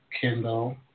Kindle